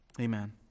Amen